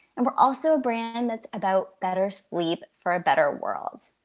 and we're also a brand that's about better sleep for a better world.